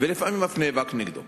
כפי שאין לנו דבר נגד קודמיו.